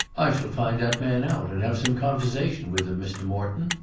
i shall find that man out, and have some conversation with him, mr. morton.